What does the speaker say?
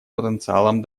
потенциалом